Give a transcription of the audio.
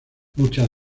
muchas